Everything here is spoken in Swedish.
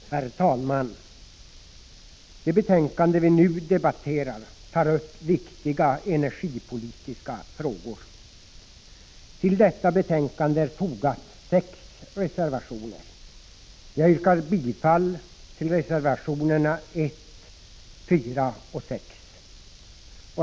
Herr talman! Det betänkande vi nu debatterar tar upp viktiga energipolitiska frågor. Till detta betänkande är fogade sex reservationer. Jag yrkar bifall till reservationerna 1, 4 och 6.